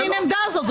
איזו מין עמדה זאת?